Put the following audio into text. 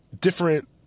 different